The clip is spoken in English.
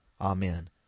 Amen